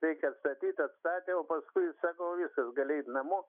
reikia atstatyt atstatė o paskui sako kad gali eiti namo